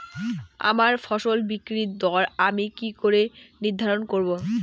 আমার ফসল বিক্রির দর আমি কি করে নির্ধারন করব?